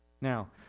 Now